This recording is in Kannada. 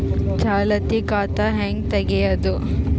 ಚಾಲತಿ ಖಾತಾ ಹೆಂಗ್ ತಗೆಯದು?